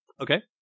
Okay